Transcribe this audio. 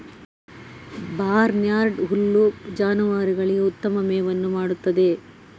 barnyard ಹುಲ್ಲು ಜಾನುವಾರುಗಳಿಗೆ ಉತ್ತಮ ಮೇವನ್ನು ಮಾಡುತ್ತದೆ